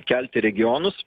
kelti regionus